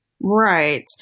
right